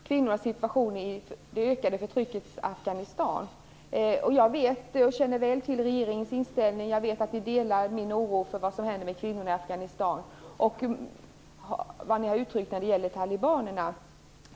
Fru talman! Jag tillhör dem som är väldigt oroliga för vad som händer med kvinnorna och deras situation i det ökade förtryckets Afghanistan. Jag känner väl till regeringens inställning, vet att den delar min oro för vad som händer med kvinnorna i Afghanistan och vet vad den har uttryckt om talibanerna.